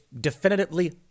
definitively